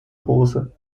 rose